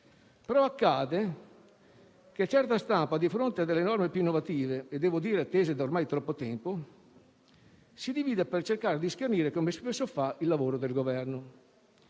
però, che certa stampa, di fronte a delle norme più innovative e - devo dire - attese da ormai troppo tempo, si divida per cercare di schernire, come spesso fa, il lavoro del Governo.